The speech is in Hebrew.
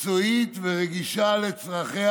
מקצועית ורגישה לצרכיה